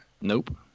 Nope